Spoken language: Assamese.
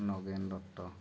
নগেন দত্ত